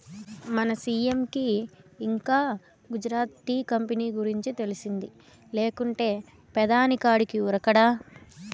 మన సీ.ఎం కి ఇంకా గుజరాత్ టీ కంపెనీ గురించి తెలిసింది లేకుంటే పెదాని కాడికి ఉరకడా